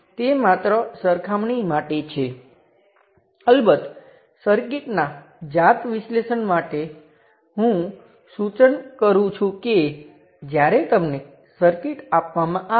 તેથી જ્યારે હું વોલ્ટેજ સ્ત્રોતને રેઝિસ્ટર વડે બદલીશ ત્યારે મારે રેઝિસ્ટર સાથે સબસ્ટીટ્યુટ કરવું પડશે જેનું મૂલ્ય V બાય I છે